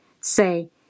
say